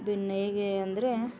ಬೆನ್ನೇಗೆ ಅಂದರೆ